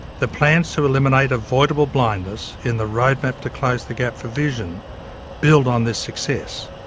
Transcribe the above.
the plans to eliminate avoidable blindness in the roadmap to close the gap for vision build on this success.